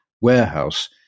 warehouse